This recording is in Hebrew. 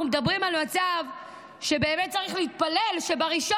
אנחנו מדברים על מצב שבו באמת צריך להתפלל שב-1